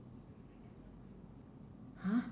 !huh!